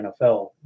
NFL